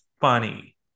funny